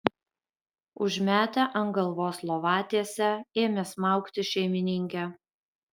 užmetę ant galvos lovatiesę ėmė smaugti šeimininkę